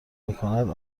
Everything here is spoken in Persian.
میکند